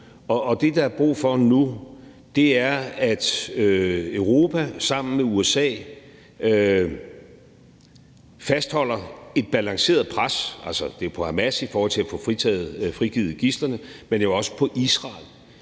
og det, der er brug for nu, er, at Europa sammen med USA fastholder et balanceret pres, altså på Hamas i forhold til at få frigivet gidslerne, men jo også på Israel